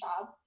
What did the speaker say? job